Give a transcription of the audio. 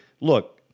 look